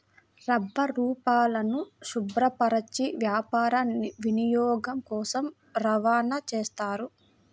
రబ్బరుపాలను శుభ్రపరచి వ్యాపార వినియోగం కోసం రవాణా చేస్తారు